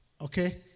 Okay